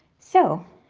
so,